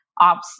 ops